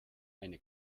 eine